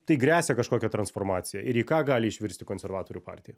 tai gresia kažkokia transformacija ir į ką gali išvirsti konservatorių partija